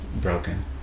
broken